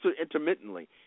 intermittently